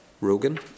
Rogan